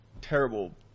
terrible